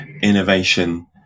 innovation